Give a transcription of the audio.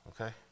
Okay